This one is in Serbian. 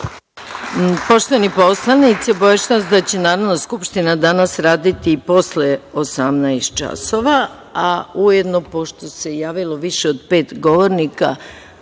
Poštovani poslanici, obaveštavam vas da će Narodna skupština danas raditi i posle 18.00 časova. Ujedno, pošto se javilo više od pet govornika